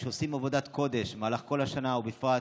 שעושים עבודת קודש במהלך כל השנה ובפרט